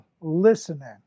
listening